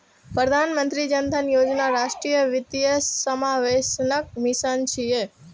प्रधानमंत्री जन धन योजना राष्ट्रीय वित्तीय समावेशनक मिशन छियै